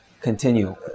continue